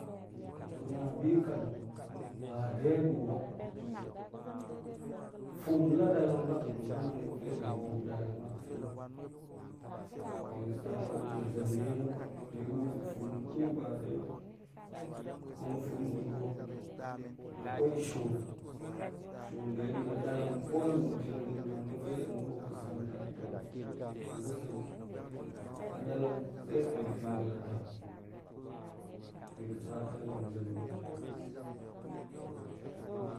To ga̱ na ni kan, ba dai ɗu ba, fum la dalang ba tong ga̱ man pa̱ bi ɗu da̱lang bak ne na̱, bi ga̱ sa to her zem nei muk ba. ni ɗu fum ɗu ba dai ba. Kng fum ga̱ ɗu hok a kwai nshon, nshoon ɗe di la ɗalang ko daa̱̱n pit ga̱ ga̱ man ga̱pe tong ga̱ pa̱a̱t ga̱ sam tat bit hok ba a ga̱seam la da̱lang se pe pit ga̱ la dam bi ga̱ sa ta hen zem ba.